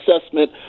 assessment